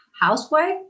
housewife